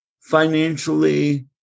financially